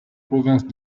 provinces